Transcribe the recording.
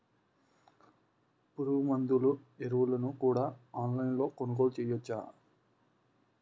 పురుగుమందులు ఎరువులను కూడా ఆన్లైన్ లొ కొనుగోలు చేయవచ్చా?